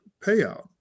payout